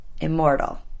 immortal